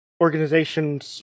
organization's